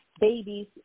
babies